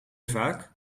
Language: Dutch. vaak